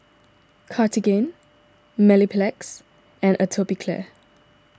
Cartigain Mepilex and Atopiclair